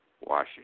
Washington